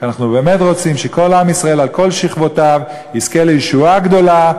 כי אנחנו באמת רוצים שכל עם ישראל על כל שכבותיו יזכה לישועה גדולה,